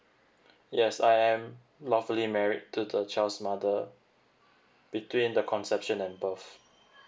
yes I am lawfully marriage to the child's mother between the conception and above